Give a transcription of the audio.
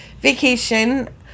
vacation